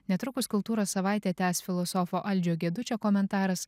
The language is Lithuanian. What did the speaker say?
netrukus kultūros savaitę tęs filosofo algio gedučio komentaras